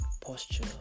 posture